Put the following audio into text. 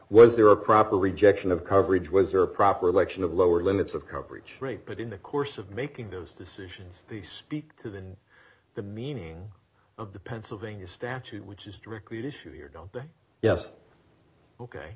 was there a proper rejection of coverage was there a proper lection of lower d limits of coverage but in the course of making those decisions they speak of in the meaning of the pennsylvania statute which is directly to shoot here don't they yes ok